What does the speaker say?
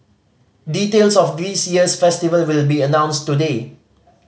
details of this year's festival will be announced today